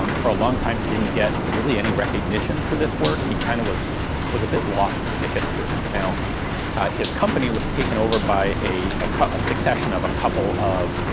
um for a long time he didn't get really any recognition for this work, he kind of was was a bit lost to history. now his company was taken over by a a succession of, a couple of,